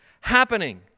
happening